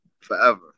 forever